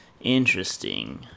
Interesting